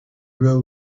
grow